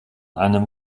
einem